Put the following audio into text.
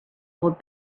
hold